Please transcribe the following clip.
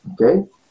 okay